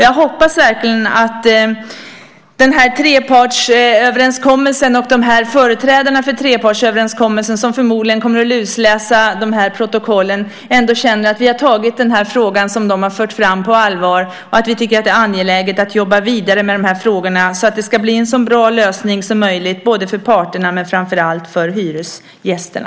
Jag hoppas verkligen att den här trepartsöverenskommelsen och företrädarna för denna, som förmodligen kommer att lusläsa protokollen, ändå känner att vi har tagit på allvar den fråga som de fört fram och att vi tycker att det är angeläget att jobba vidare med de här frågorna så att det blir en så bra lösning som möjligt för parterna och framför allt för hyresgästerna.